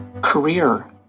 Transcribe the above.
Career